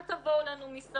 אל תבואו לנו מסביב,